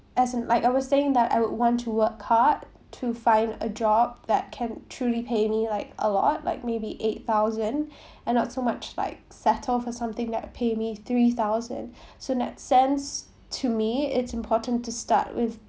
as in like I was saying that I would want to work hard to find a job that can truly pay me like a lot like maybe eight thousand and not so much like settle for something that will pay me three thousand so in that sense to me it's important to start with